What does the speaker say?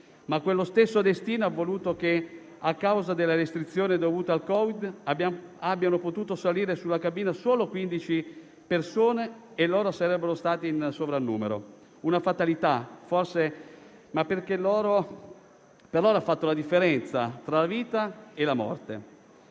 Ma quello stesso destino ha voluto che, a causa delle restrizioni dovute al Covid-19, siano potuti salire nella cabina solo 15 persone e loro sarebbero stati in sovrannumero. Una fatalità che per loro però ha fatto la differenza tra la vita e la morte.